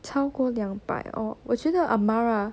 超过两百哦我觉得 amara